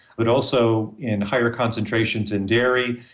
but also in higher concentrations in dairy,